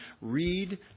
read